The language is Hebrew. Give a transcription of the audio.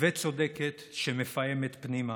וצודקת שמפעמת פנימה.